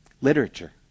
Literature